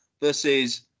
versus